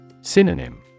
Synonym